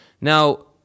Now